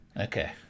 okay